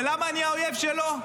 ולמה אני האויב שלו?